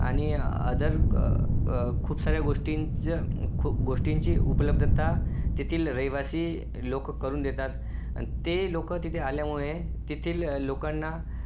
आणि अदर खूप साऱ्या गोष्टींच गोष्टींची उपलब्धता तेथील रहिवासी लोक करून देतात ते लोक तिथे आल्यामुळे तेथील लोकांना